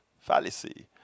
fallacy